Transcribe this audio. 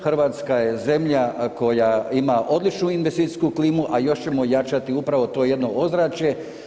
Hrvatska je zemlja koja ima odličnu investicijsku klimu, a još ćemo jačati upravo to jedno ozračje.